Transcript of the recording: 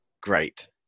great